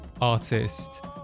...artist